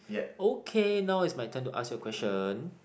okay now is my turn to ask you a question